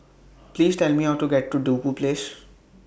Please Tell Me How to get to Duku Place